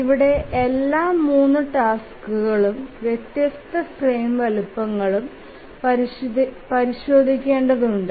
ഇവിടെ എല്ലാ 3 ടാസ്ക്കുകളും വ്യത്യസ്ത ഫ്രെയിം വലുപ്പങ്ങളും പരിശോധിക്കേണ്ടതുണ്ട്